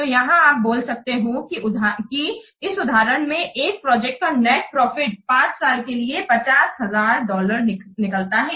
तो यहां आप बोल सकते हो कि इस उदाहरण में एक प्रोजेक्ट का नेट प्रॉफिट 5 साल के लिए 50000 डॉलर निकलता है